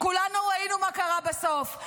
כולנו ראינו מה קרה בסוף.